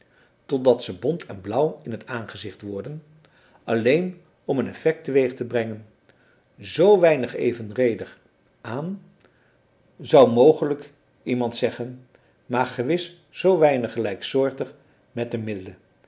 totdat ze bont en blauw in t aangezicht worden alleen om een effect teweeg te brengen zoo weinig evenredig aan zou mogelijk iemand zeggen maar gewis zoo weinig gelijksoortig met de middelen